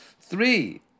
Three